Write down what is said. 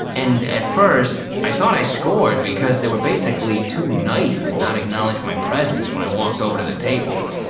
and, at first, i thought i scored because they were basically too nice to not acknowledge my presence when i walked over to the table.